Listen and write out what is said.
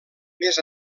més